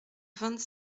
vingt